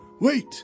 Wait